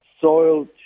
soil